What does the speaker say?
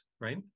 right